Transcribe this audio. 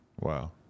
Wow